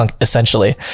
essentially